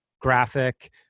graphic